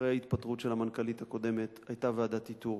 אחרי ההתפטרות של המנכ"לית הקודמת היתה ועדת איתור.